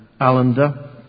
Allender